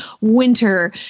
Winter